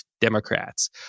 Democrats